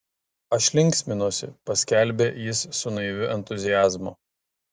aš linksminuosi paskelbė jis su naiviu entuziazmu